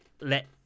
let